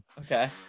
okay